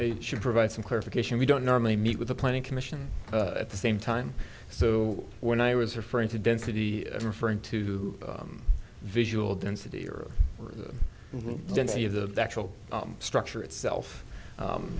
they should provide some clarification we don't normally meet with the planning commission at the same time so when i was referring to density referring to visual density or the density of the actual structure itself